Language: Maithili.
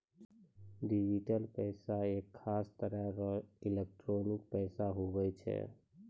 डिजिटल पैसा एक खास तरह रो एलोकटानिक पैसा हुवै छै